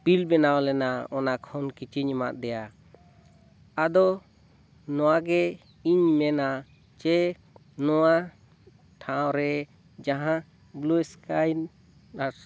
bill ᱵᱮᱱᱟᱣ ᱞᱮᱱᱟ ᱚᱱᱟ ᱠᱷᱚᱱ ᱠᱤᱪᱷᱩᱧ ᱮᱢᱟᱫᱮᱭᱟ ᱟᱫᱚ ᱱᱚᱣᱟ ᱜᱮ ᱤᱧ ᱢᱮᱱᱟ ᱡᱮ ᱱᱚᱣᱟ ᱴᱷᱟᱶ ᱨᱮ ᱡᱟᱦᱟᱸ ᱵᱞᱩ ᱮᱥᱠᱟᱭ